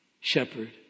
shepherd